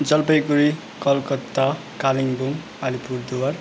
Jalpaiguri Calcutta Kalimpong Alipurduar